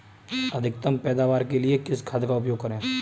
अधिकतम पैदावार के लिए किस खाद का उपयोग करें?